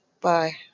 Bye